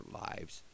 lives